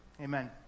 Amen